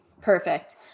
perfect